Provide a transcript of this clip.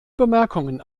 bemerkungen